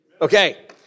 Okay